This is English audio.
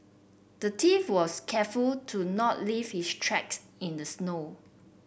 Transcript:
the thief was careful to not leave his tracks in the snow